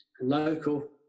local